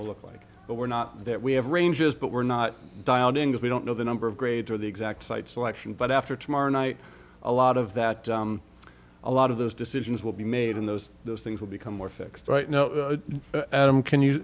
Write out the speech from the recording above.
will look like but we're not that we have ranges but we're not dialed in as we don't know the number of grades or the exact site selection but after tomorrow night a lot of that a lot of those decisions will be made in those those things will become more fixed right now